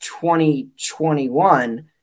2021